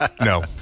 No